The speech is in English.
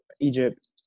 Egypt